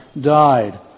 died